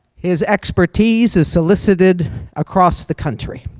his expertise is solicited across the country.